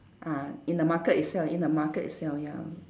ah in the market itself in the market itself ya